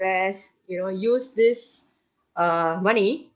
invest you know use this err money